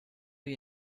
you